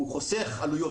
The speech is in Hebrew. הוא חוסך עלויות.